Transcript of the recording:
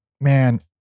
man